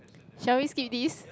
shall we skip this